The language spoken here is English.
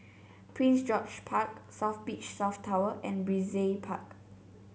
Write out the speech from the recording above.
Prince George Park South Beach South Tower and Brizay Park